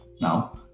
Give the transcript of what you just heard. now